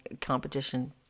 competition